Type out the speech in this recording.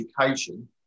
education